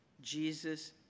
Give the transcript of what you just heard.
Jesus